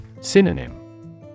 Synonym